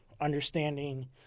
understanding